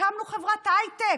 הקמנו חברת הייטק,